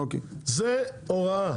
זה הוראה.